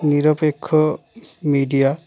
নিরপেক্ষ মিডিয়া